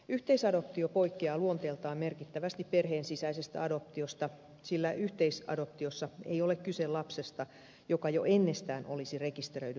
yhteisadoptio poikkeaa luonteeltaan merkittävästi perheen sisäisestä adoptiosta sillä yhteisadoptiossa ei ole kyse lapsesta joka jo ennestään olisi rekisteröidyn parin perheen jäsen